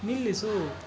ನಿಲ್ಲಿಸು